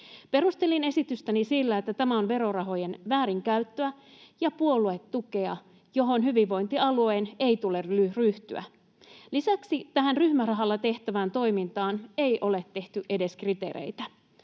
Perustelin esitystäni sillä, että tämä on verorahojen väärinkäyttöä ja puoluetukea, johon hyvinvointialueen ei tule ryhtyä. Lisäksi tähän ryhmärahalla tehtävään toimintaan ei ole tehty edes kriteereitä.